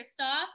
Kristoff